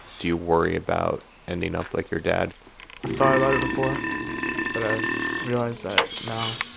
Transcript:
do you worry about ending up like your dad? i've thought about it before but i've realised that no,